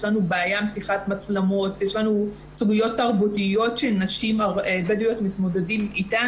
יש לנו סוגיות תרבותיות שנשים בדואיות מתמודדות איתן